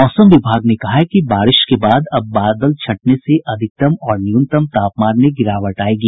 मौसम विभाग ने कहा है कि बारिश के बाद अब बादल छंटने से अधिकतम और न्यूनतम तापमान में गिरावट आयेगी